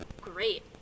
great